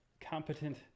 competent